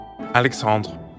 Alexandre